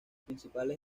principales